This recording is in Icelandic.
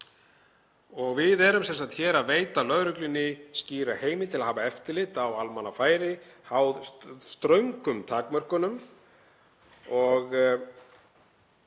Við erum sem sagt hér að veita lögreglunni skýra heimild til að hafa eftirlit á almannafæri, háð ströngum takmörkunum.